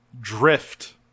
drift